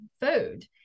food